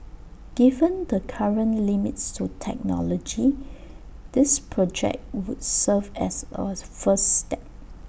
given the current limits to technology this project would serve as A first step